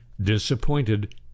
disappointed